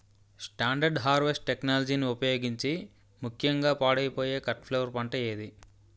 Standard harvest టెక్నాలజీని ఉపయోగించే ముక్యంగా పాడైపోయే కట్ ఫ్లవర్ పంట ఏది?